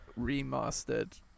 remastered